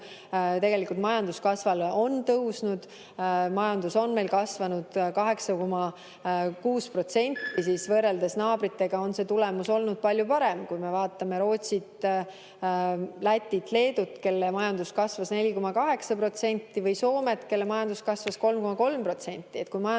tänu majanduskasvule on tõusnud. Majandus on meil kasvanud 8,6% ja võrreldes naabritega on tulemus olnud palju parem, kui me vaatame Rootsit, Lätit, Leedut, kelle majandus kasvas 4,8%, või Soomet, kelle majandus kasvas 3,3%.